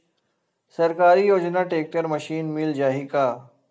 सरकारी योजना tractor machine मिल जाही का?